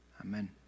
amen